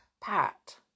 pat